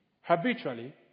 Habitually